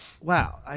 wow